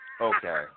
Okay